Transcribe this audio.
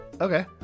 Okay